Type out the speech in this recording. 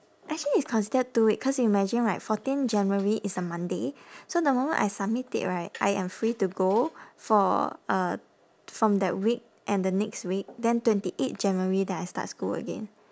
actually it's considered two week cause imagine right fourteen january is a monday so the moment I submit it right I am free to go for uh from that week and the next week then twenty eight january then I start school again